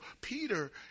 Peter